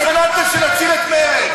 ואתם התחננתם שנציל אתכם.